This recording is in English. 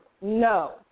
No